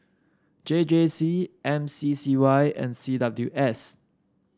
J J C M C C Y and C W S